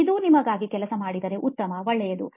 ಇದು ನಿಮಗಾಗಿ ಕೆಲಸ ಮಾಡಿದರೆ ಉತ್ತಮ ಒಳ್ಳೆಯದು